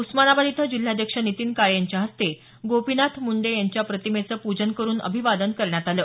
उस्मानाबाद इथ जिल्हाध्यक्ष नितीन काळे यांच्या हस्ते गोपीनाथ मुंढे यांच्या प्रतिमेचे पूजन करून अभिवादन करण्यात आलं